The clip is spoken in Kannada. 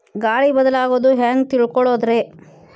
ಗಾಳಿ ಬದಲಾಗೊದು ಹ್ಯಾಂಗ್ ತಿಳ್ಕೋಳೊದ್ರೇ?